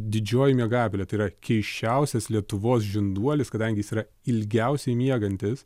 didžioji miegapelė tai yra keisčiausias lietuvos žinduolis kadangi jis yra ilgiausiai miegantis